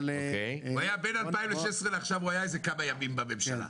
בין 2016 לעכשיו הוא היה כמה ימים בממשלה.